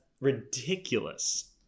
ridiculous